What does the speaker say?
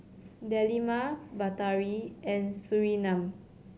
Delima Batari and Surinam